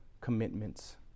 commitments